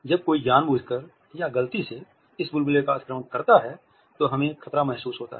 जब कोई जानबूझकर या गलती से इस बुलबुले का अतिक्रमण करता है तो हमें खतरा महसूस होता है